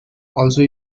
also